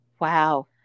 Wow